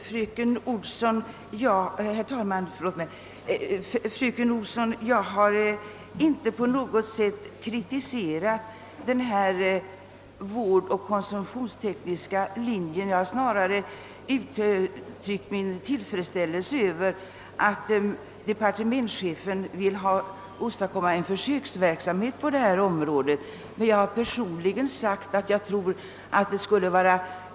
Herr talman! Jag har inte på något sätt kritiserat den vårdtekniska linjen, fröken Olsson. Jag har snarare uttryckt min tillfredsställelse över att departementschefen vill åstadkomma en försöksverksamhet på detta område för att därefter kunna avgöra om utbildningen skall hållas samman under första terminen i en gemensam konsumtionsoch vårdteknisk linje eller delas på två linjer.